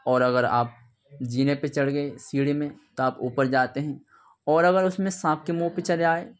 اور اگر آپ زینے پہ چڑھ گئے سیڑھی میں تو آپ اوپر جاتے ہیں اور اگر اس میں سانپ کے منہ پہ چلے آئے